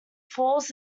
falls